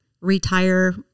retire